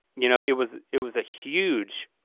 you know it was it was a huge,